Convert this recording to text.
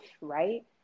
Right